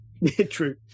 True